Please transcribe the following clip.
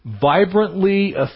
Vibrantly